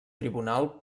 tribunal